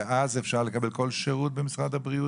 ואז אפשר לקבל כל שירות במשרד הבריאות?